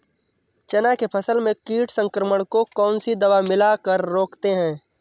चना के फसल में कीट संक्रमण को कौन सी दवा मिला कर रोकते हैं?